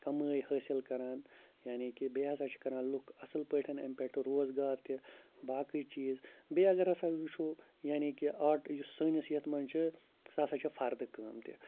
کَمٲے حٲصِل کَران یعنی کہِ بیٚیہِ ہَسا چھِ کَران لُکھ اَصٕل پٲٹھۍ اَمہِ پٮ۪ٹھٕ روزگار تہِ باقٕے چیٖز بیٚیہِ اگر ہَسا وٕچھو یعنی کہِ آٹ یُس سٲنِس یَتھ منٛز چھِ سُہ ہَسا چھِ فَردٕ کٲم تہِ